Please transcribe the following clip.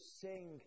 sing